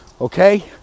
okay